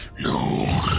No